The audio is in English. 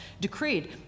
decreed